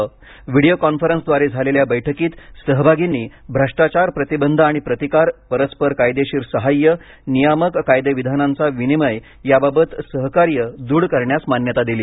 दूरदृश्य प्रणालीद्वारे झालेल्या या बैठकीत सहभागींनी भ्रष्टाचार प्रतिबंध आणि प्रतिकार परस्पर कायदेशीर साहाय्य नियामक कायदेविधानांचा विनिमय याबाबतीत सहकार्य दृढ करण्यास मान्यता दिली